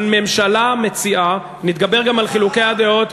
הממשלה מציעה, נתגבר גם על חילוקי הדעות,